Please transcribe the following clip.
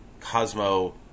cosmo